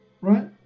right